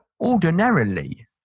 ordinarily